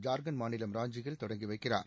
ஜார்க்கண்ட் மாநிலம் ராஞ்சியில் தொடங்கி வைக்கிறார்